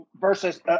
versus